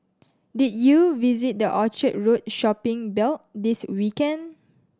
did you visit the Orchard Road shopping belt this weekend